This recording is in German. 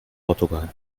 portugal